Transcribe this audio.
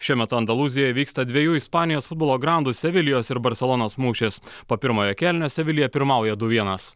šiuo metu andalūzijoj vyksta dviejų ispanijos futbolo grandų sevilijos ir barselonos mūšis po pirmojo kėlinio sevilija pirmauja du vienas